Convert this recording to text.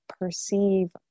perceive